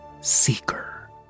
Seeker